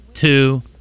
two